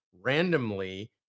randomly